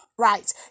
Right